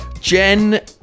Jen